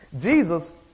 Jesus